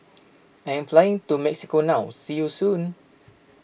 I am flying to Mexico now see you soon